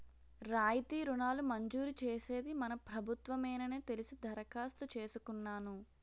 రాయితీ రుణాలు మంజూరు చేసేది మన ప్రభుత్వ మేనని తెలిసి దరఖాస్తు చేసుకున్నాను